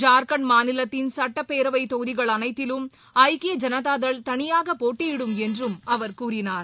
ஜார்க்கண்ட் மாநிலத்தின் சட்டப்பேரவைதொகுதிகள் அனைத்திலும் ஐக்கிய ஜனதாதள் தனியாகபோட்டியிடும் என்றும் அவர் கூறினார்